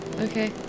Okay